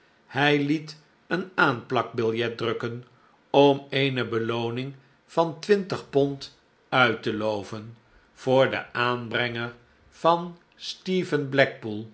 hij het een aanplakbiljet drukken om eene belooning van twintig pond uit te loven voor den aanbrenger van stephen blackpool